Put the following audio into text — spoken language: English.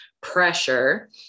pressure